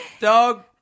dog